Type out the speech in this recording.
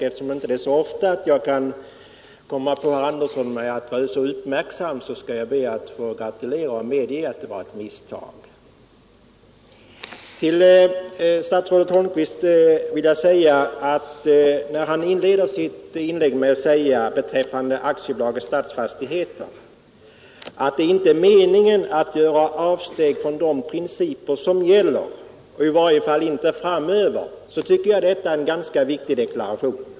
Eftersom det ofta jag kan komma på herr Andersson med att vara så inte är s uppmärksam, så ber jag att få gratulera och medge att det var misstag När statsrådet Holmqvist inleder sitt inlägg med att beträffande AB Stadsfastigheter säga att det inte är meningen att göra avsteg från de principer som gäller i varje fall inte i framtiden — så tycker jag att det är en ganska viktig deklaration.